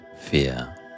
fear